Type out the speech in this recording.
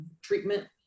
treatment